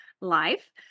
life